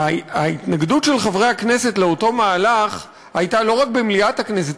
ההתנגדות של חברי הכנסת לאותו מהלך הייתה לא רק במליאת הכנסת,